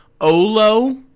Olo